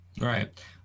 right